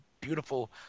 beautiful